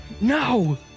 no